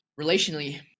relationally